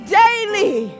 daily